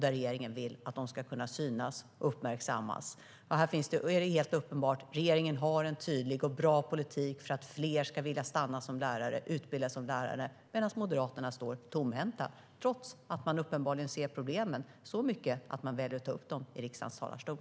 Regeringen vill att de ska kunna synas och uppmärksammas. Det är helt uppenbart att regeringen har en tydlig och bra politik för att fler ska vilja utbilda sig till lärare och stanna som lärare, medan Moderaterna står tomhänta trots att de uppenbarligen ser problemen så mycket att de väljer att ta upp dem från riksdagens talarstol.